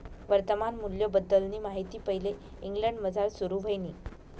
वर्तमान मूल्यबद्दलनी माहिती पैले इंग्लंडमझार सुरू व्हयनी